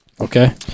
Okay